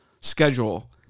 schedule